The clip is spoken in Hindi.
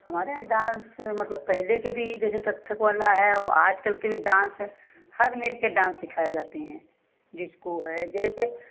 हमारे यहाँ डांस मतलब पहले के भी जैसे कथक वाला है औ आज कल के भी डांस हर के डांस सिखाए जाते हैं डिस्को है जैसे